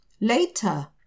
Later